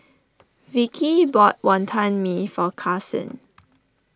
Vicki bought Wonton Mee for Karsyn